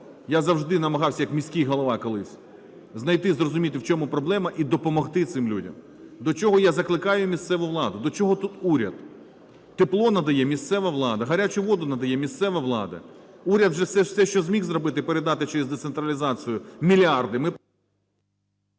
я завжди намагався, як міський голова колись, знайти і зрозуміти в чому проблема і допомогти цим людям, до чого я закликаю місцеву владу. До чого тут уряд? Тепло надає місцева влада, гарячу воду надає місцева влада. Уряд вже, що зміг зробити, передати через децентралізацію мільярди,